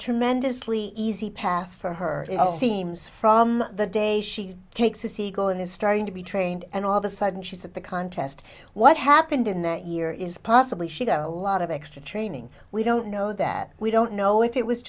tremendously easy path for her seems from the day she takes a siegel and is starting to be trained and all of a sudden she's at the contest what happened in that year is possibly she got a lot of extra training we don't know that we don't know if it was